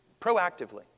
proactively